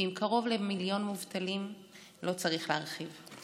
ועם קרוב למיליון מובטלים לא צריך להרחיב.